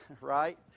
Right